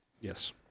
Yes